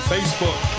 Facebook